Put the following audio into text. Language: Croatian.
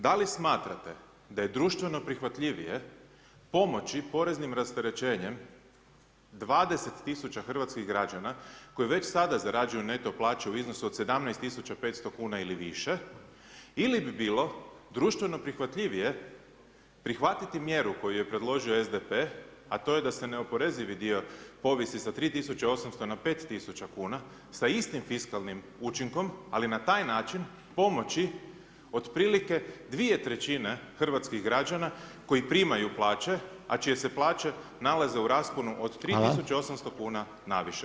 Da li smatrate da je društveno prihvatljivije pomoći poreznim rasterećenjem 20 000 hrvatskih građana koji već sada zarađuju neto plaće u iznosu od 17.500,00 kn ili više ili bi bilo društveno prihvatljivije prihvatiti mjeru koju je predložio SDP, a to je da se neoporezivi dio povisi sa 3.800,00 na 5.000,00 kn sa istim fiskalnim učinkom, ali na taj način pomoći otprilike dvije trećine hrvatskih građana koji primaju plaće, a čije se plaće nalaze u rasponu od [[Upadica: Hvala]] 3.8000,00 kn na više.